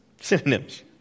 Synonyms